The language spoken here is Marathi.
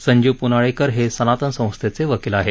संजीव पुनाळेकर हे सनातन संस्थेचे वकील आहेत